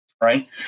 right